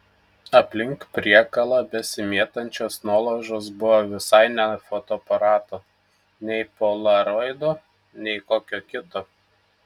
aplink priekalą besimėtančios nuolaužos buvo visai ne fotoaparato nei polaroido nei kokio kito